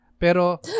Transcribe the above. Pero